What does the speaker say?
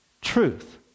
truth